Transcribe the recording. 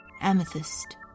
Amethyst